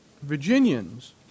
Virginians